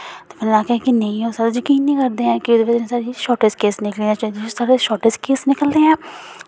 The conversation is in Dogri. ते फिर आखेआ की नेईं ओह् साढ़ा जकीन निं करदे हैन फिर एह्दी बजह् नै साढ़े शॉर्टेज केस निकली जंदे न साढ़े शॉर्टेज केस निकलदे ऐ